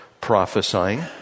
prophesying